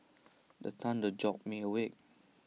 the thunder jolt me awake